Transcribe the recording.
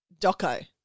doco